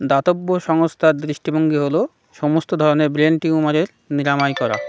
দাতব্য সংস্থার দৃষ্টিভঙ্গি হলো সমস্ত ধরনের ব্রেন টিউমারের নিরাময় করা